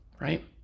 right